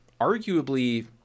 arguably